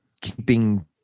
keeping